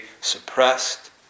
suppressed